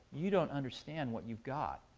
you don't understand what you've got.